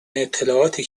اطلاعاتی